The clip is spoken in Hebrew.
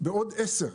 בעוד עשר.